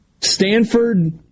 Stanford